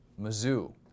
Mizzou